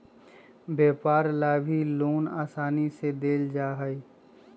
व्यापार ला भी लोन आसानी से देयल जा हई